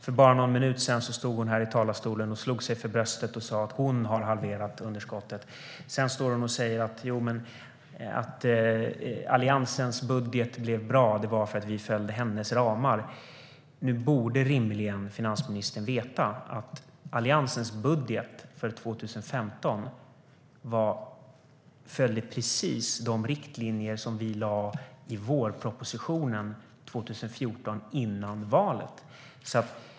För bara någon minut sedan stod hon här i talarstolen och slog sig för bröstet och sa att hon har halverat underskottet. Sedan står hon och säger att Alliansens budget blev bra därför att vi följde hennes ramar. Finansministern borde rimligen veta att Alliansens budget för 2015 följde precis de riktlinjer som vi lade i vårpropositionen 2014 före valet.